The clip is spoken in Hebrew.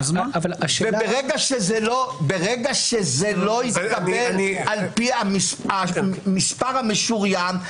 ברגע שזה לא התקבל על פי המספר המשוריין,